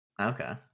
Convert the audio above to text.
Okay